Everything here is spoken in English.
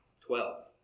Twelve